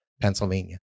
Pennsylvania